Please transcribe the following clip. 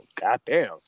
goddamn